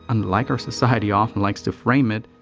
unlike our society often likes to frame it.